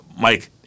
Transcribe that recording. Mike